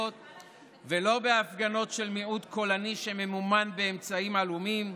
ולא בהפגנות של מיעוט קולני שממומן באמצעים עלומים,